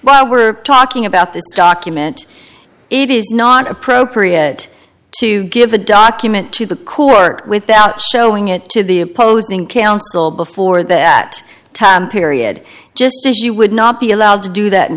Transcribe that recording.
while we're talking about this document it is not appropriate to give a document to the court without showing it to the opposing counsel before that time period just as you would not be allowed to do that in